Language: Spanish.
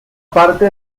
parte